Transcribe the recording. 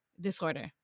disorder